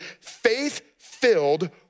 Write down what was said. faith-filled